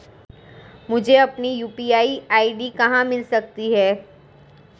मुझे अपनी UPI ID कहां मिल सकती है?